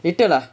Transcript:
later lah